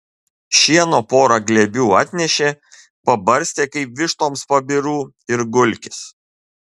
šieno pora glėbių atnešė pabarstė kaip vištoms pabirų ir gulkis